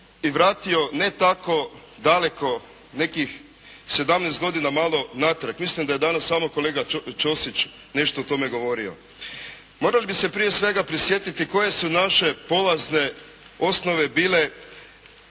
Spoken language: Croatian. i vratio ne tako daleko nekih 17 godina malo natrag. Mislim da je danas samo kolega Ćosić nešto o tome govorio. Morali bi se prije svega prisjetiti koje su naše polazne osnove bile